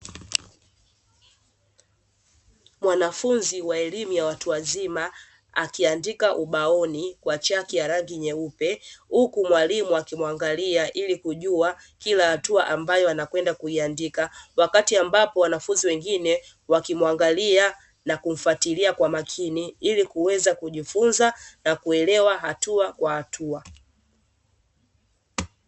Mwanafunzi wa elimu ya watu wazima, akiandika ubaoni kwa chaki ya rangi nyeupe, huku mwalimu akimungalia ili kujua kila hatua ambayo anayokwenda kuiandika. Wakati ambapo wanafunzi wengine wakimuangalia na kumfatilia kwa makini, ili kuweza kujifunza na kuelewa hatua kwa hatua.